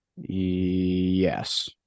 Yes